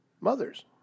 Mothers